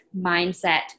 mindset